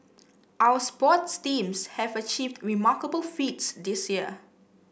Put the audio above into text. our sports teams have achieved remarkable feats this year